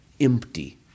empty